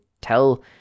tell